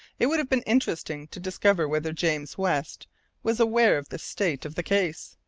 it would have been interesting to discover whether james west was aware of the state of the case,